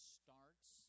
starts